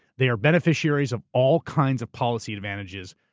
they are beneficiaries of all kinds of policy advantages,